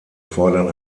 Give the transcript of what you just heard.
fordern